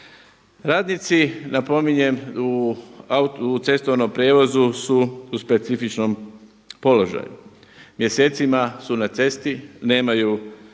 Radnici, napominjem u cestovnom prijevozu su u specifičnom položaju. Mjesecima su na cesti, nemaju